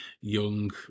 young